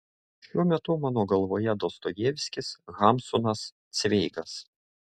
šiuo metu mano galvoje dostojevskis hamsunas cveigas